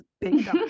big